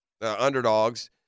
underdogs